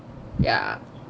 ya